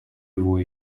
его